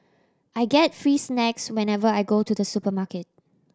I get free snacks whenever I go to the supermarket